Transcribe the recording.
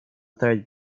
third